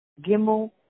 Gimel